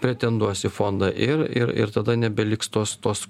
pretenduos į fondą ir ir ir tada nebeliks tos tos